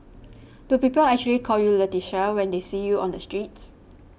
do people actually call you Leticia when they see you on the streets